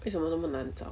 为什么这么难找